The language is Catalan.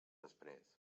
després